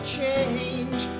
change